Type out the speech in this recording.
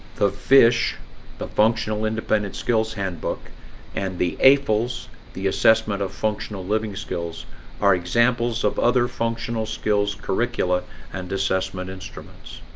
the fish the functional independent skills handbook and the a fills the assessment of functional living skills are examples of other functional skills curricula and assessment instruments